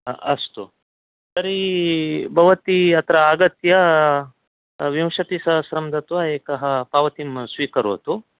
अस्तु तर्हि भवती अत्र आगत्य विंशतिसहस्रं दत्वा एकः पावतिं स्वीकरोतु